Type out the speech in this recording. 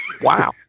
wow